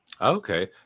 okay